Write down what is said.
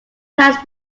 plans